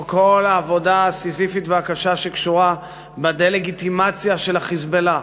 או כל העבודה הסיזיפית והקשה שקשורה בדה-לגיטימציה של ה"חיזבאללה".